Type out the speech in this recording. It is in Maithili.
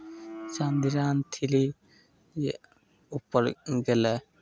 चद्रयान थिरी जे ऊपर गेलै